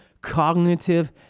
cognitive